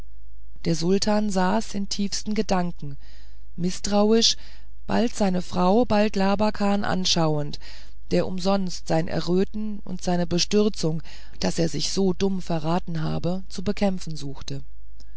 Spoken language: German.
der sultan saß in tiefen gedanken mißtrauisch bald seine frau bald labakan anschauend der umsonst sein erröten und seine bestürzung daß er sich so dumm verraten habe zu bekämpfen suchte